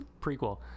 Prequel